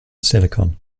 silicon